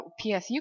PSU